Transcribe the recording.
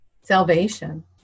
Salvation